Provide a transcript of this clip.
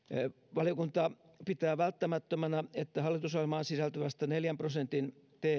valiokunta pitää välttämättömänä että hallitusohjelmaan sisältyvästä neljän prosentin tk